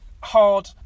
hard